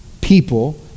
people